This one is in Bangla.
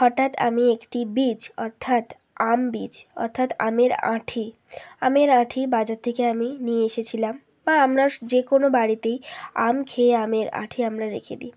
হঠাৎ আমি একটি বীজ অর্থাৎ আম বীজ অর্থাৎ আমের আঁটি আমের আঁটি বাজার থেকে আমি নিয়ে এসেছিলাম বা আমরা যে কোনো বাড়িতেই আম খেয়ে আমের আঁটি আমরা রেখে দিই